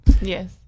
Yes